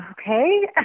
okay